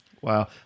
Wow